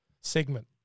segment